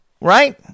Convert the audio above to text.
Right